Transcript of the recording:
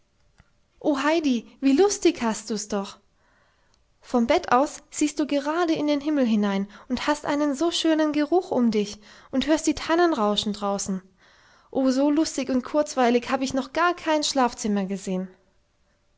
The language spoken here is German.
o heidi wie lustig hast du's doch vom bett aus siehst du gerade in den himmel hinein und hast einen so schönen geruch um dich und hörst die tannen rauschen draußen oh so lustig und kurzweilig hab ich noch gar kein schlafzimmer gesehen